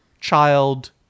child